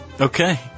Okay